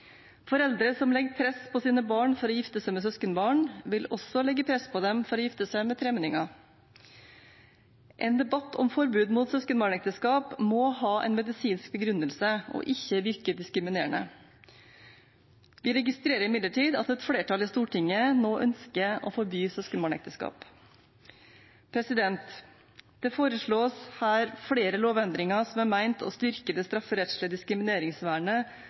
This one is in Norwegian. Foreldre som legger press på sine barn for å gifte seg med søskenbarn, vil også legge press på dem for å gifte seg med tremenninger. En debatt om forbud mot søskenbarnekteskap må ha en medisinsk begrunnelse og ikke virke diskriminerende. Jeg registrerer imidlertid at et flertall i Stortinget nå ønsker å forby søskenbarnekteskap. Det foreslås her flere lovendringer som er ment å styrke det strafferettslige diskrimineringsvernet